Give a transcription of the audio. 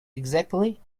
exactly